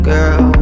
Girl